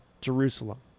Jerusalem